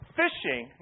fishing